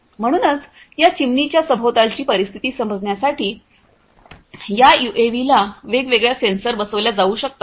म्हणूनच या चिमणीच्या सभोवतालची परिस्थिती समजण्यासाठी या यूएव्हीला वेगवेगळ्या सेन्सर बसविल्या जाऊ शकतात